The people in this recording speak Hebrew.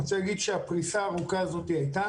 אני רוצה להגיד שהפריסה הארוכה הזאת הייתה